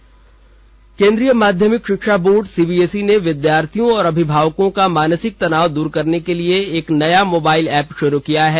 CBSE app केंद्रीय माध्यमिक शिक्षा बोर्ड सीबीएसई ने विद्यार्थियों और अभिभावकों का मानसिक तनाव दूर करने के लिए एक नया मोबाइल ऐप शुरू किया है